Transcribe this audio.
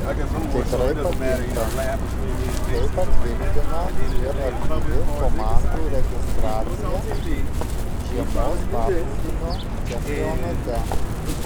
tikrai patinka tai patvirtina ir aktyvi komandų registracija žiemos paplūdimio čempionate